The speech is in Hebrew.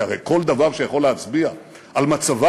כי הרי כל דבר שיכול להצביע על מצבה